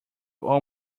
all